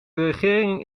regering